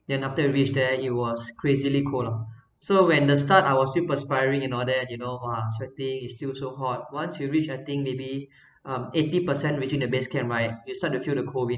then after we reach there it was crazily cool lah so when the start I was still perspiring and all that you know !wah! sweating it's still so hot once you reach I think maybe uh eighty percent reaching the base camp right you start to feel the cold wind